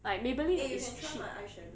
like Maybelline is cheap